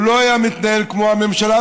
הוא לא היה מתנהל כמו הממשלה,